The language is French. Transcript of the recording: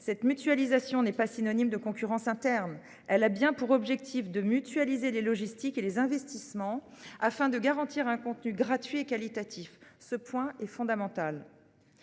cette mutualisation n'est pas synonyme de concurrence interne ; elle a bien pour objectif de mutualiser les logistiques et les investissements, afin de garantir un contenu gratuit et qualitatif. Ce point est fondamental.